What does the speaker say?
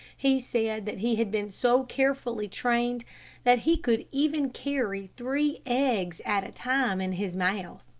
he said that he had been so carefully trained that he could even carry three eggs at a time in his mouth.